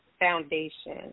foundation